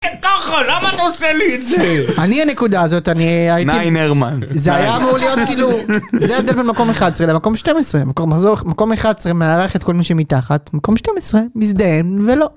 למה אתה עושה לי את זה? אני הנקודה הזאת, אני הייתי... נאי נרמן. זה היה מעולה, זה היה בין מקום 11 למקום 12, מקום 11 מארח את כל מי שמתחת, מקום 12, מזדיין ולא.